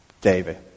David